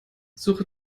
suche